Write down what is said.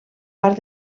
part